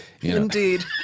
Indeed